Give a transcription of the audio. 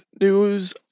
news